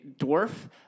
dwarf